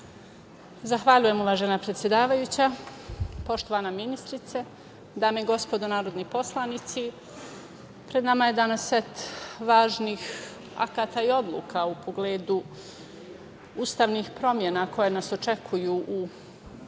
Zahvaljujem, uvažena predsedavajuća. Poštovana ministrice, dame i gospodo narodni poslanici, pred nama je danas set važnih akata i odluka u pogledu ustavnih promena koje nas očekuju u